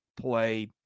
play